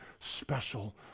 special